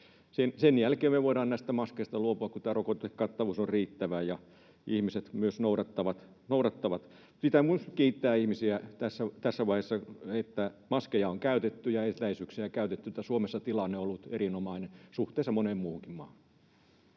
Sen jälkeen me voidaan näistä maskeista luopua, kun tämä rokotekattavuus on riittävä. Pitää myös kiittää ihmisiä tässä vaiheessa, että maskeja on käytetty ja etäisyyksiä pidetty. Suomessa tilanne on ollut erinomainen suhteessa moneen muuhun maahan.